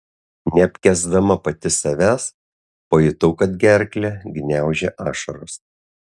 neapkęsdama pati savęs pajutau kad gerklę gniaužia ašaros